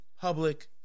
public –